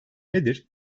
nedir